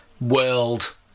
world